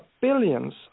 billions